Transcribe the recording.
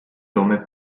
nome